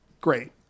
great